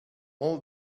all